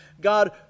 God